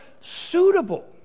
suitable